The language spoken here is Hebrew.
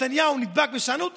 נתניהו נדבק בשאננות,